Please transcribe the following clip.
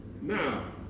Now